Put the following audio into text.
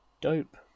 dope